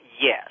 yes